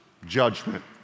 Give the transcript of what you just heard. judgment